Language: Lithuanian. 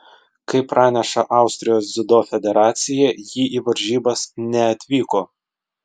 kaip praneša austrijos dziudo federacija ji į varžybas neatvyko